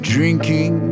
Drinking